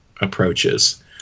approaches